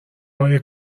های